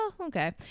okay